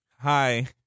Hi